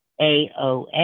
AOA